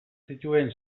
zituen